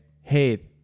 hey